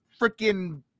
freaking